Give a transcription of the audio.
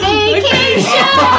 Vacation